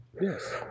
Yes